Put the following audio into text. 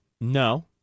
No